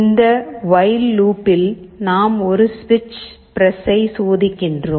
இந்த வொயில் லூப்பில் நாம் ஒரு சுவிட்ச் பிரஸ்ஸை சோதிக்கிறோம்